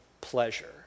pleasure